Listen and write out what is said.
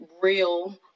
real